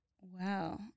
Wow